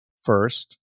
First